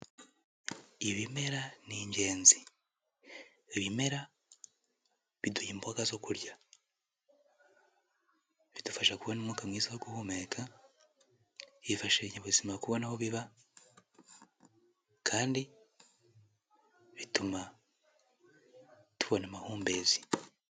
Ibimera ni ingenzi. Ibimera biduha imboga zo kurya. Bidufasha kubona umwuka mwiza wo guhumeka, bifasha ibinyabuzima kubona aho biba, kandi bituma tubona amahumbezi.